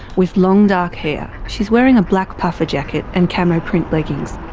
with long dark hair, she's wearing a black puffer jacket and camo print leggings.